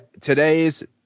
today's